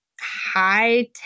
high